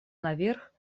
наверх